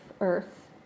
earth